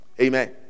Amen